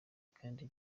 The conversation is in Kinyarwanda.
kandi